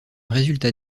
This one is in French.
résultat